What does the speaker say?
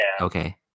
Okay